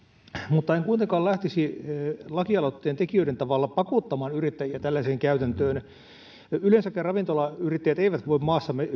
mutta en kuitenkaan lähtisi lakialoitteen tekijöiden tavalla pakottamaan yrittäjiä tällaiseen käytäntöön yleensäkään ravintolayrittäjät eivät voi maassamme